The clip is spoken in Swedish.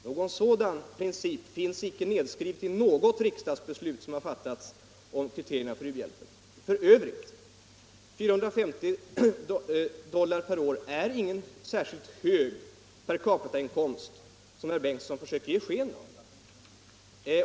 Någon sådan princip finns inte nedskriven i något riksdagsbeslut som har fattats om kriterierna för u-hjälpen. F. ö. är 450 dollar per år inte någon särskilt hög per capita-inkomst, vilket herr Bengtson försökte ge sken av.